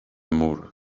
mur